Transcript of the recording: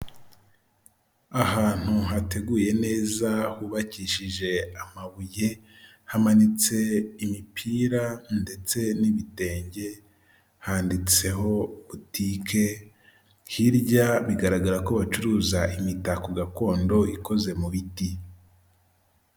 Ahantu hateguye neza hubakishije amabuye, hamanitse imipira ndetse n'ibitenge, handitseho butike, hirya bigaragara ko bacuruza imitako gakondo ikoze mu biti.